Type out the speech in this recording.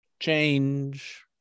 Change